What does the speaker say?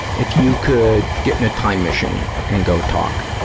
if you could get in a time machine and go talk,